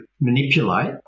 manipulate